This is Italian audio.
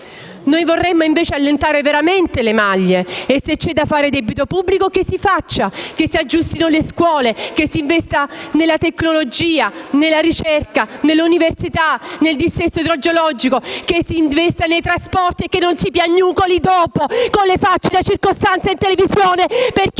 Noi vorremmo invece allentare veramente le maglie e se c'è da fare debito pubblico, che si faccia, che si aggiustino le scuole, che si investa nella tecnologia, nella ricerca, nell'università, nella lotta al dissesto idrogeologico, che si investa nei trasporti e che non si piagnucoli dopo, con le facce da circostanza, in televisione, perché